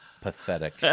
pathetic